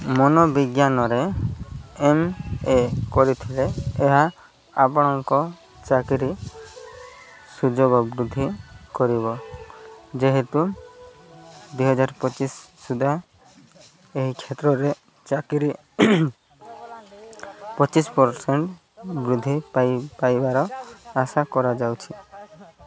ମନୋବିଜ୍ଞାନରେ M A କରିଥିଲେ ଏହା ଆପଣଙ୍କ ଚାକିରି ସୁଯୋଗ ବୃଦ୍ଧି କରିବ ଯେହେତୁ ଦୁଇହଜାରପଚିଶ ସୁଦ୍ଧା ଏହି କ୍ଷେତ୍ରରେ ଚାକିରି ପଚିଶ ପରସେଣ୍ଟ୍ ବୃଦ୍ଧି ପାଇ ପାଇବାର ଆଶା କରାଯାଉଛି